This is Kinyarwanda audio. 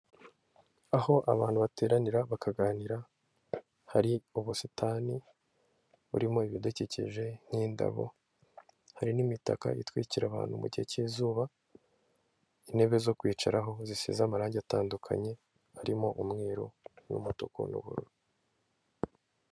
Aho abantu bateranira bakaganira hari ubusitani burimo ibidukikije n'indabo hari n'imitaka itwikira abantu mugihe cy'izuba, intebe zo kwicaraho zisize amarangi atandukanye harimo umweru n'umutuku n'ubururu.